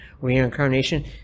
reincarnation